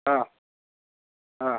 আ আ